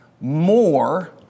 more